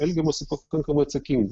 elgiamasi pakankamai atsakingai